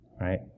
right